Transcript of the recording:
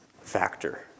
factor